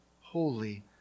holy